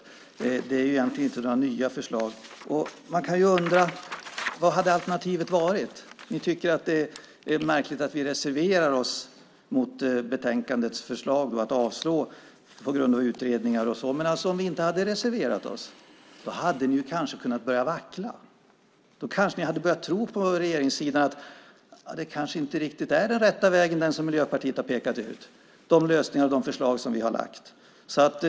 Egentligen är det alltså inte några nya förslag. Man kan undra vad alternativet hade varit. Majoriteten tycker att det är märkligt att vi reserverar oss mot betänkandets förslag på grund av utredningar och sådant. Men om vi inte hade reserverat oss hade ni på regeringssidan kanske börjat vackla. Då hade ni kanske börjat tro att den väg som Miljöpartiet pekat ut inte var den riktigt rätta vägen, alltså de lösningar och förslag vi lagt fram.